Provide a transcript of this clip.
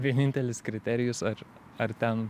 vienintelis kriterijus ar ar ten